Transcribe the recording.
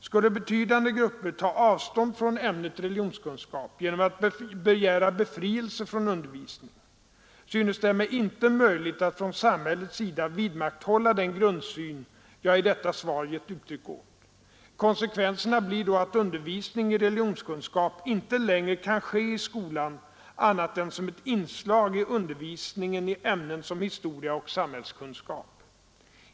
Skulle betydande grupper ta avstånd från ämnet religionskunskap genom att begära befrielse från undervisningen synes det mig inte möjligt att från samhällets sida vidmakthålla den grundsyn jag i detta svar ger uttryck åt. Konsekvenserna blir då att undervisning i religonskunskap inte längre kan ske i skolan annat än som ett inslag i undervisningen i ämnen som historia och samhällskunskap.